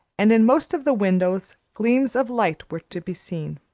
and in most of the windows gleams of light were to be seen.